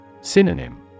Synonym